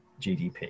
GDP